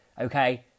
okay